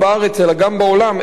איך להתמודד אתם בכלל,